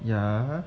yeah